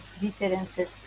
differences